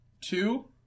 two